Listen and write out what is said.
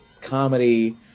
comedy